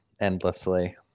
endlessly